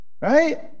Right